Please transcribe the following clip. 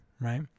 right